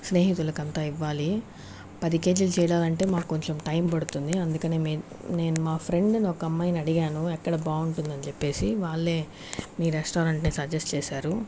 స్నేహితులకంతా ఇవ్వాలి పది కేజీలు చేయాలంటే మాకు కొంచెం టైం పడుతుంది అందుకనే మీ నేను మా ఫ్రెండ్ను ఒక అమ్మాయిని అడిగాను ఎక్కడ బాగుంటుందని చెప్పేసి వాళ్ళే మీ రెస్టారెంట్ని సజెస్ట్ చేశారు